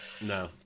No